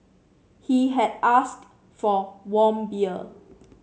he had asked for warm beer